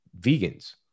vegans